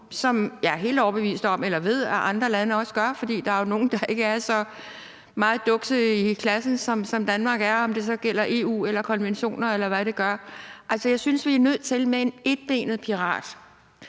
udfordre dem, hvad jeg også ved at andre lande gør? For der er jo nogle, der ikke er så meget dukse i klassen, som Danmark er, om det så gælder EU, konventioner, eller hvad det er. Jeg synes, at vi er nødt til at se på det med en etbenet pirat,